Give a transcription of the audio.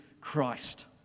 Christ